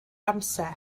amser